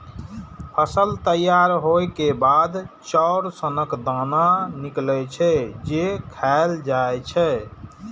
फसल तैयार होइ के बाद चाउर सनक दाना निकलै छै, जे खायल जाए छै